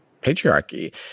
patriarchy